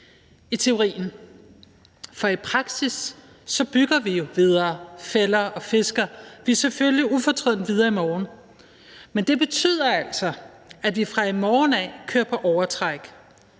i teorien, for i praksis bygger vi jo videre, fælder og fisker vi selvfølgelig ufortjent videre i morgen. Men det betyder altså, at vi fra i morgen af kører på overtræk.